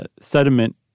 sediment